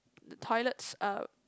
the toilets uh